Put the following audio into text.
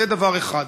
זה דבר אחד.